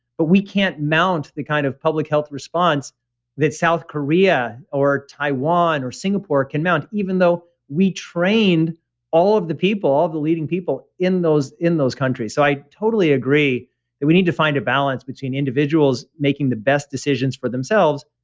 but we can't mount the kind of public health response that south korea or taiwan or singapore can mount, even though we trained all of the people, all the leading people in those in those countries, so i totally agree that we need to find a balance between individuals making the best decisions for themselves,